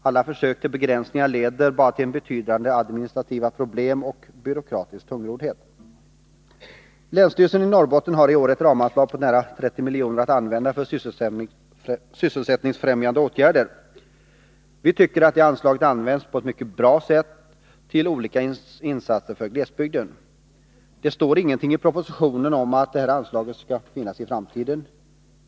Alla försök till begränsningar leder bara till betydande administrativa problem och byråkratisk tungroddhet. Länsstyrelsen i Norrbotten har i år ett ramanslag på nära 30 miljoner att använda för sysselsättningsfrämjande åtgärder. Vi tycker att det anslaget används på ett mycket bra sätt till olika insatser för glesbygden. Det står - Nr 143 ingenting i propositionen om huruvida det här anslaget skall finnas i framtiden.